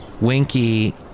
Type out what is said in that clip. Winky